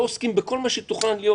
לא עוסקים בכל מה שתוכנן להיות